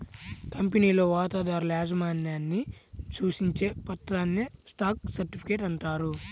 కంపెనీలో వాటాదారుల యాజమాన్యాన్ని సూచించే పత్రాన్నే స్టాక్ సర్టిఫికేట్ అంటారు